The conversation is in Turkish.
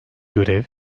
görev